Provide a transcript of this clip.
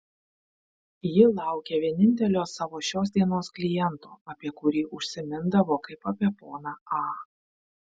ji laukė vienintelio savo šios dienos kliento apie kurį užsimindavo kaip apie poną a